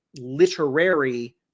literary